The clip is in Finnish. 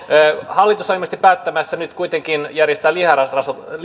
hallitus on ilmeisesti päättämässä nyt kuitenkin järjestää